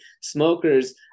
smokers